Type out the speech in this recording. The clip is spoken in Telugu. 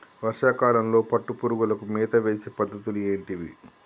వర్షా కాలంలో పట్టు పురుగులకు మేత వేసే పద్ధతులు ఏంటివి?